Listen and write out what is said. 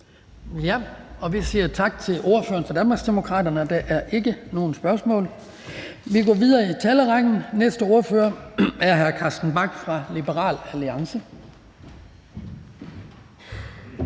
Vi siger tak til ordføreren for Danmarksdemokraterne. Der er ikke nogen spørgsmål. Vi går videre i talerrækken. Næste ordfører er hr. Carsten Bach fra Liberal Alliance.